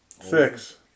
Six